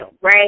right